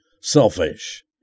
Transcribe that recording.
selfish